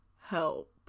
help